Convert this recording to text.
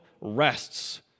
rests